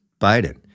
Biden